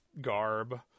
garb